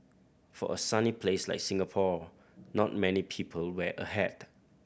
for a sunny place like Singapore not many people wear a hat